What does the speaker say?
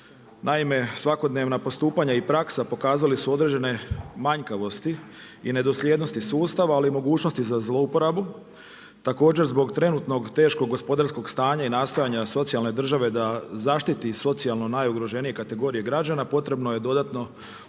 Naime, svakodnevna postupanja i praksa pokazali su određene manjkavosti i nedosljednosti sustava, ali i mogućnosti za zlouporabu. Također, zbog trenutnog teškog gospodarskog stanja i nastojanja socijalne države da zaštiti socijalno najugroženije kategorije građana, potrebno je dodatno urediti